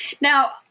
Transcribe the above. Now